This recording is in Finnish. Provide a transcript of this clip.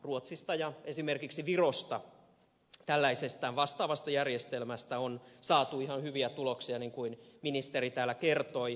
ruotsista ja esimerkiksi virosta tällaisesta vastaavasta järjestelmästä on saatu ihan hyviä tuloksia niin kuin ministeri täällä kertoi